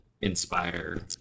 inspire